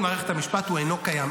ולאחר מכן הציבור הישראלי בכללותו,